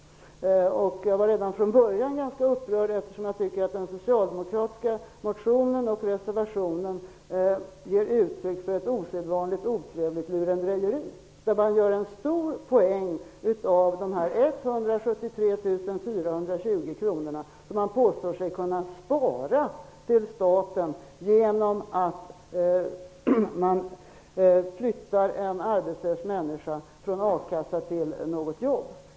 Jag var redan från början upprörd, eftersom jag tycker att den socialdemokratiska motionen och reservationen ger uttryck för ett osedvanligt otrevligt lurendrejeri. Man gör en stor poäng av de 173 420 kronorna som man påstår sig kunna spara till staten genom att flytta en arbetslös människa från a-kassa till ett jobb.